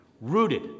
rooted